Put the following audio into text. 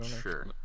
sure